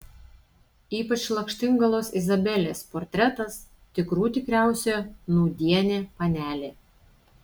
ypač lakštingalos izabelės portretas tikrų tikriausia nūdienė panelė